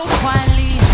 quietly